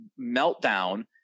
meltdown